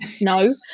no